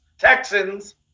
Texans